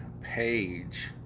Page